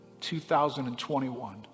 2021